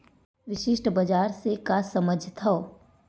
विशिष्ट बजार से का समझथव?